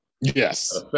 Yes